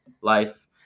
life